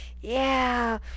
Yeah